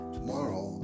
Tomorrow